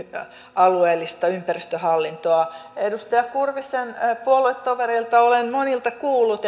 alueellista ympäristöhallintoa edustaja kurvisen puoluetovereilta olen monilta kuullut